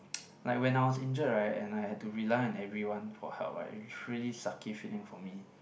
like when I was injured right and I had to rely and everyone for help right it's really sucky feeling for me